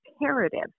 imperative